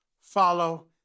follow